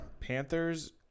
Panthers